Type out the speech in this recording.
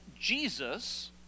Jesus